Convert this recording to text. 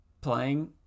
playing